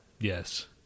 yes